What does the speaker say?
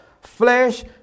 flesh